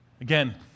again